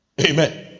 Amen